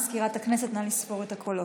מזכירת הכנסת, נא לספור את הקולות.